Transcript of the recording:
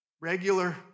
regular